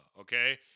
Okay